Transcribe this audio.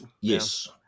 yes